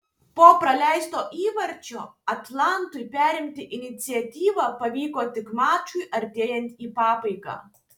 po praleisto įvarčio atlantui perimti iniciatyvą pavyko tik mačui artėjant į pabaigą